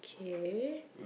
okay